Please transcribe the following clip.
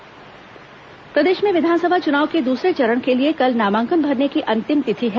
विस चुनाव नामांकन प्रदेश में विधानसभा चुनाव के दूसरे चरण के लिए कल नामांकन भरने की अंतिम तिथि है